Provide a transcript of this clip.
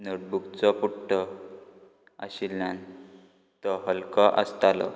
नोटबुकचो पुट्टो आशिल्ल्यान तो हलको आसतालो